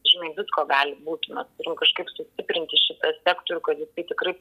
žinai visko gali būti mes turim kažkaip sustiprinti šitą sektorių kad jis tikrai